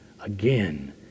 again